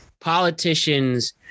politicians